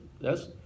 Yes